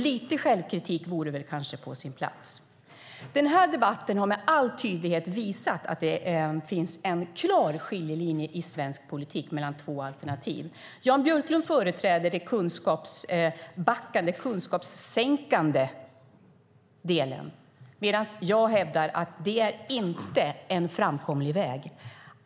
Lite självkritik vore kanske på sin plats. Den här debatten har med all tydlighet visat att det finns en klar skiljelinje i svensk politik mellan två alternativ. Jan Björklund företräder den kunskapssänkande delen. Jag hävdar att det inte är en framkomlig väg.